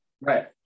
Right